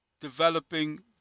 developing